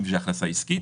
אם זאת הכנסה עסקית,